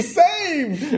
saved